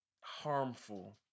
harmful